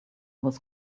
was